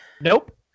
Nope